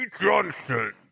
Johnson